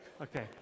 Okay